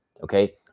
Okay